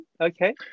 okay